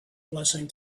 blessing